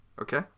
okay